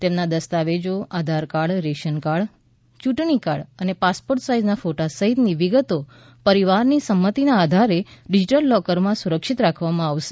તેમના દસ્તાવેજો Aadhaar card ration card યૂંટણી કાર્ડ અને પાસપોર્ટ સાઇઝના ફોટા સહિતની વિગતો પરિવારની સંમતિના આધારે ડિઝીટલ લોકરમાં સુરક્ષિત રાખવામાં આવશે